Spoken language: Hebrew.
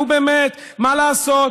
נו, באמת, מה לעשות?